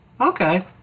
Okay